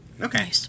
Okay